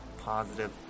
positive